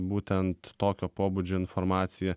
būtent tokio pobūdžio informacija